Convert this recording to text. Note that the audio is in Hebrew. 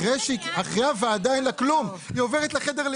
אחרי הוועדה אין לה כלום, היא עוברת לחדר ליד.